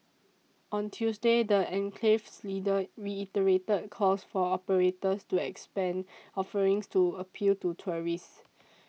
on Tuesday the enclave's leaders reiterated calls for operators to expand offerings to appeal to tourists